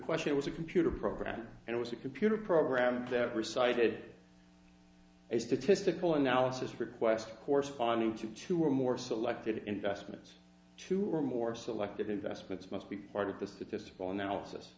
question was a computer program and it was a computer program that recited a statistical analysis request corresponding to two or more selected investments two or more selected investments must be part of the statistical analysis